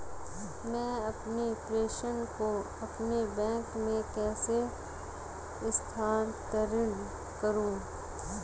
मैं अपने प्रेषण को अपने बैंक में कैसे स्थानांतरित करूँ?